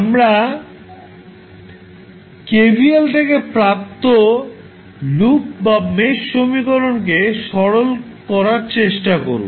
আমরা KVL থেকে প্রাপ্ত লুপ বা মেশ সমীকরণকে সরল করার চেষ্টা করব